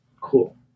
Cool